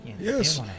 Yes